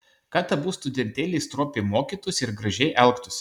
kad abu studentėliai stropiai mokytųsi ir gražiai elgtųsi